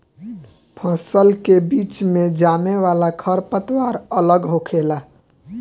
फसल के बीच मे जामे वाला खर पतवार अलग होखेला